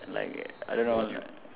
like I don't know like